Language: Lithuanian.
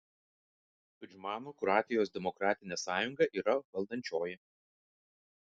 tudžmano kroatijos demokratinė sąjunga yra valdančioji